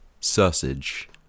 sausage